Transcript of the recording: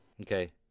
Okay